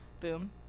Boom